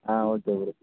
ah okay bro